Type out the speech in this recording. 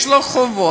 יש לו חובות.